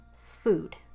food